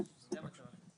כן, הוא גם מוגדר בחוק.